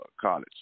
College